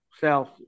South